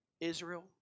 Israel